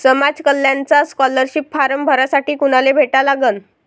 समाज कल्याणचा scholarship form भरासाठी कुनाले भेटा लागन?